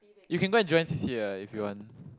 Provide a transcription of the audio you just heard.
you can go and join C_C_A ah if you want